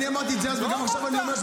אני אומר את זה אז וגם עכשיו אני אומר,